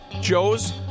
Joe's